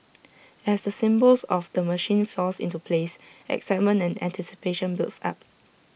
as the symbols of the machine fall into place excitement and anticipation builds up